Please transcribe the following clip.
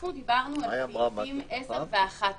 אנחנו דיברנו על סעיפים 10 ו-11